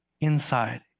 inside